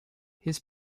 his